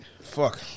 Fuck